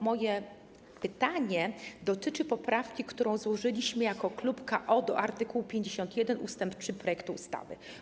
Moje pytanie dotyczy poprawki, którą złożyliśmy jako klub KO do art. 51 ust. 3 projektu ustawy.